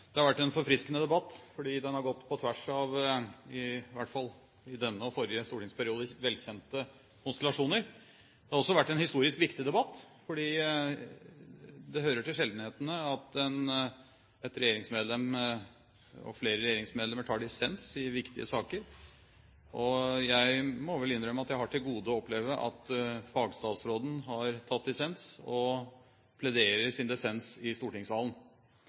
Det har vært en forfriskende debatt fordi den har gått på tvers av de – i hvert fall i denne og forrige stortingsperiode – velkjente konstellasjoner. Det har også vært en historisk viktig debatt, for det hører til sjeldenhetene at et regjeringsmedlem – og her flere regjeringsmedlemmer – tar dissens i viktige saker. Jeg må vel innrømme at jeg har hatt til gode å oppleve at fagstatsråden har tatt dissens og plederer sin dissens i stortingssalen.